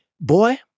boy